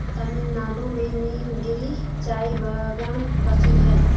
तमिलनाडु में नीलगिरी चाय बागान प्रसिद्ध है